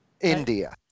India